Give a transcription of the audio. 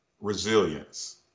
Resilience